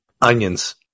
onions